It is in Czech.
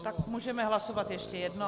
Tak můžeme hlasovat ještě jednou.